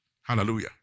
Hallelujah